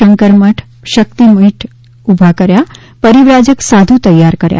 શંકરમઠ શક્તિ પીઠ ઉભા કર્યા પરિવ્રાજક સાધુ તૈયાર કર્યા